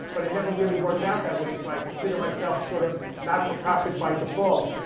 but it never really worked out that way. so i consider myself sort of not for profit by default.